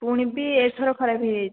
ପୁଣି ବି ଏଥର ଖରାପ ହୋଇଯାଇଛି